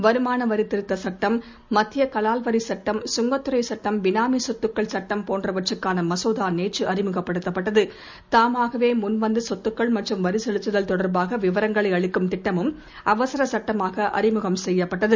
வருமானவரிதிருத்தசட்டம் மத்தியகலால் வரிசட்டம் சுங்கத் துறைசட்டம் பினாமிசொத்துக்கள் சட்டம் போன்றவற்றுக்கானமசோதாநேற்றுஅறிமுகப்படுத்தப்பட்டது தாமாகவேமுன்வந்துசொத்துக்கள் மற்றும் வரிசெலுத்துதல் தொடர்பாகவிவரங்களைஅளிக்கும் திட்டமும் அவசரசட்டமாகஅறிமுகம் செய்யப்பட்டது